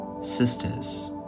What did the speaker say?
sisters